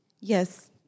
Yes